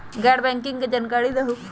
गैर बैंकिंग के जानकारी दिहूँ?